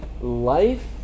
life